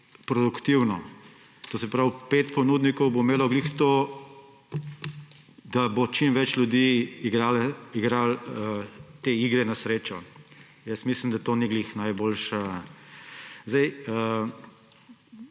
produktivno. To se pravi, pet ponudnikov bo imelo ravno to, da bo čim več ljudi igralo te igre na srečo. Mislim, da to ni ravno najboljše.